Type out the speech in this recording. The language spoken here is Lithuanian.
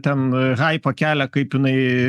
ten haipą kelia kaip jinai